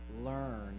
learn